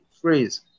phrase